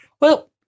Well-